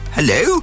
Hello